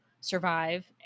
survive